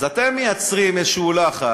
אז אתם מייצרים איזשהו לחץ,